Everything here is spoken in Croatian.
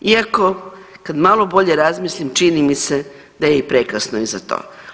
Iako kad malo bolje razmislim čini mi da je i prekasno i za to.